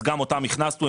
אז גם אותם הכנסנו.